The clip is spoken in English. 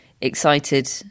excited